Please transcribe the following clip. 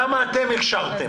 כמה אתם הכשרתם?